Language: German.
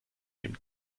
dem